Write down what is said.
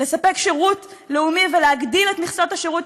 לתת שירות לאומי ולהגדיל את מכסות השירות